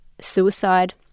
suicide